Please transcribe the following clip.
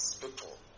people